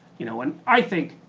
you know, and i think,